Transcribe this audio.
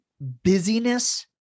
busyness